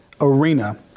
arena